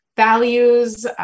values